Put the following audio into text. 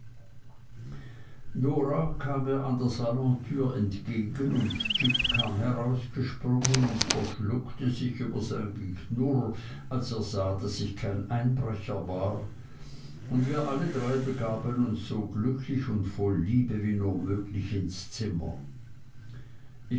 an der salontür entgegen und jip kam herausgesprungen und verschluckte sich über sein geknurr als er sah daß ich kein einbrecher war und wir alle drei begaben uns so glücklich und voll liebe wie nur möglich ins zimmer